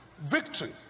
victory